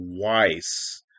twice